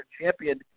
champion